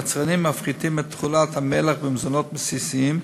יצרנים מפחיתים את תכולת המלח במזונות בסיסיים,